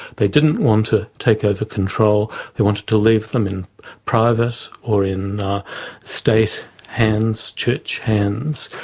they didn't want to take over control, they wanted to leave them in private or in state hands, church hands,